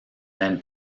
then